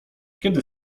kiedy